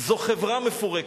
זו חברה מפורקת.